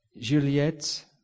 Juliette